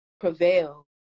prevail